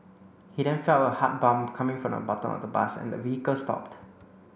he then felt a hard bump coming from the bottom of the bus and the vehicle stopped